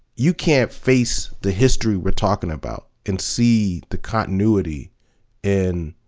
you can't face the history we're talking about, and see the continuity in,